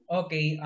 okay